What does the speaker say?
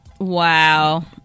wow